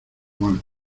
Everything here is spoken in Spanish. mal